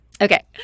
Okay